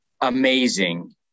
amazing